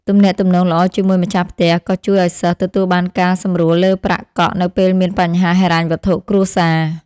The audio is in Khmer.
ទំនាក់ទំនងល្អជាមួយម្ចាស់ផ្ទះក៏ជួយឱ្យសិស្សទទួលបានការសម្រួលលើប្រាក់កក់នៅពេលមានបញ្ហាហិរញ្ញវត្ថុគ្រួសារ។